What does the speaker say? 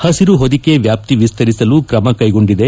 ಪಸಿರು ಹೊದಿಕೆ ವ್ಯಾಪ್ತಿ ವಿಸ್ತರಿಸಲು ಕ್ರಮಕ್ಕೆಗೊಂಡಿದೆ